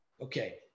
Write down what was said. Okay